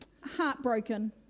heartbroken